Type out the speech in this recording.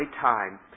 time